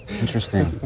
interesting